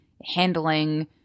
Handling